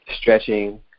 Stretching